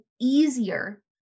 easier